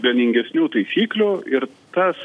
vieningesnių taisyklių ir tas